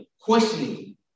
questioning